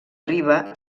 riba